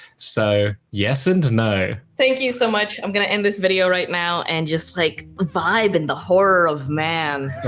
so yes and no. thank you so much. i'm gonna end this video right now, and just like vibe in the horror of man.